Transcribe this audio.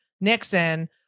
Nixon